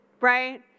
right